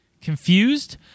Confused